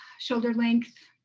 shoulder-length,